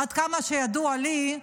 עד כמה שידוע לי,